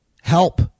help